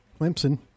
Clemson